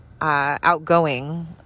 outgoing